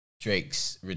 Drake's